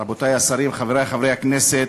רבותי השרים, חברי חברי הכנסת,